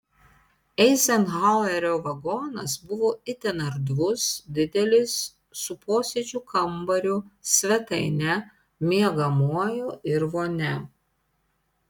eizenhauerio vagonas buvo itin erdvus didelis su posėdžių kambariu svetaine miegamuoju ir vonia